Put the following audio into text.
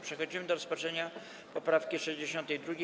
Przechodzimy do rozpatrzenia poprawki 62.